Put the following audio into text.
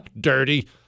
Dirty